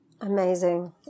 Amazing